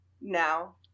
now